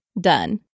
Done